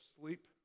sleep